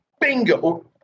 bingo